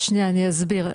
שנייה אני אסביר,